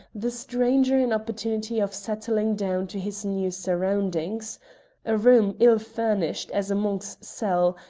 the stranger an opportunity of settling down to his new surroundings a room ill-furnished as a monk's cell,